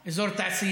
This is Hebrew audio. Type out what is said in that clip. על אזור תעשייה.